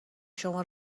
شما